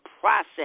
process